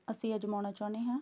ਅਸੀਂ ਅਜ਼ਮਾਉਣਾ ਚਾਹੁੰਦੇ ਹਾਂ